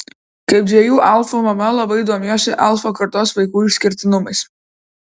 kaip dviejų alfų mama labai domiuosi alfa kartos vaikų išskirtinumais